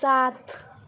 सात